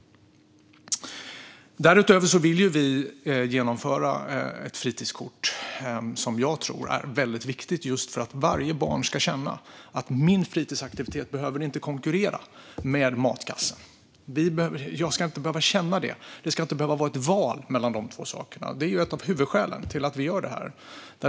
Därutöver vill vi införa ett fritidskort. Jag tror att det är viktigt för att varje barn ska känna att barnets fritidsaktivitet inte behöver konkurrera med matkassen, och att man inte ska behöva känna att man måste välja mellan dessa två saker är ett av huvudskälen till att vi gör detta.